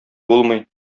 булмый